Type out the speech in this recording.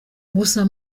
gusa